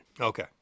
Okay